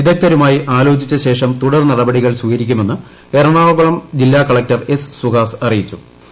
വിദഗ്ധരുമായി ആലോചിച്ച ശേഷം തുടർനടപടികൾ സ്വീകരിക്കുമെന്ന് എറണാകുളം ജില്ലാകളക്ടർ എസ് സുഹാസ് അറിയിച്ചു